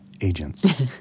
agents